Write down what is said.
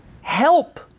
help